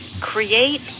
create